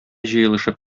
җыелышып